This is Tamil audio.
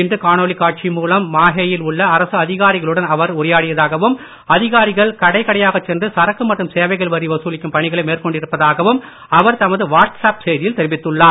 இன்று காணொலி மூலம் மாஹே யில் அரசு அதிகாரிகளுடன் அவர் உரையாடியதாகவும் அதிகாரிகள் கடை கடையாகச் சென்று சரக்கு மற்றும் சேவைகள் வரி வசூலிக்கும் பணிகளை மேற்கொண்டிருப்பதாகவும் அவர் தமது வாட்ஸ்அப் செய்தியில் தெரிவித்துள்ளார்